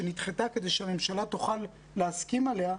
שנדחתה כדי שהממשלה תוכל להסכים עליה,